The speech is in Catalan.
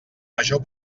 major